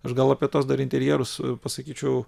aš gal apie tuos dar interjerus pasakyčiau